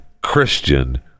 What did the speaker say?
christian